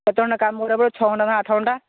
କେତେ ଘଣ୍ଟା କାମ କରିବାକୁ ପଡ଼ିବ ଛଅ ଘଣ୍ଟା ନା ଆଠ ଘଣ୍ଟା